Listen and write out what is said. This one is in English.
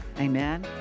Amen